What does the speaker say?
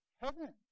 heaven